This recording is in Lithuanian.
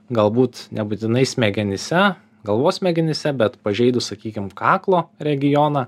galbūt nebūtinai smegenyse galvos smegenyse bet pažeidus sakykim kaklo regioną